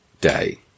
day